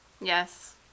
Yes